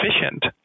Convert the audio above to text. Efficient